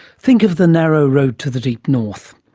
think of the narrow road to the deep north.